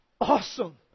Awesome